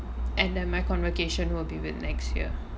and then my convocation will be the next year